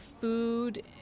food